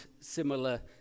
similar